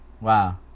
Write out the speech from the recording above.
Wow